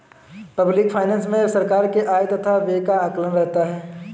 public finance मे सरकार के आय तथा व्यय का आकलन रहता है